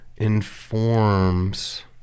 informs